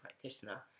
practitioner